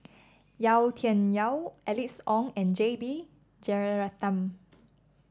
Yau Tian Yau Alice Ong and J B Jeyaretnam